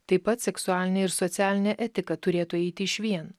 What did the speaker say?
taip pat seksualinė ir socialinė etika turėtų eiti išvien